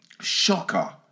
Shocker